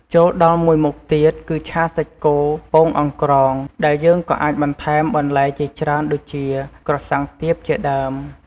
ចូលដល់មួយមុខទៀត គឺឆាសាច់គោពងអង្រ្កង ដែលយើងក៏អាចបន្ថែមបន្លែជាច្រើន ដូចជា ក្រសាំងទាប ជាដើម។